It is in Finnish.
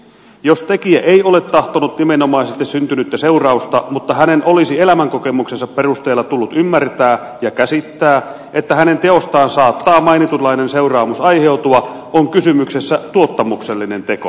jos tekijä ei ole tahtonut nimenomaisesti syntynyttä seurausta mutta hänen olisi elämänkokemuksensa perusteella tullut ymmärtää ja käsittää että hänen teostaan saattaa mainitunlainen seuraamus aiheutua on kysymyksessä tuottamuksellinen teko